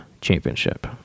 championship